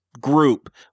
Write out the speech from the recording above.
group